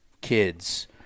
kids